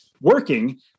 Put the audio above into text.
working